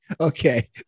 Okay